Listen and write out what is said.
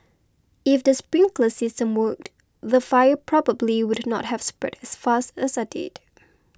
if the sprinkler system worked the fire probably would not have spread as fast as I did